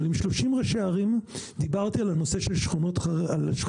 אבל עם 30 ראשי ערים דיברתי על שכונות חרדיות,